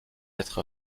être